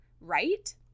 right